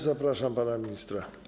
Zapraszam pana ministra.